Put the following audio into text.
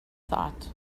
thought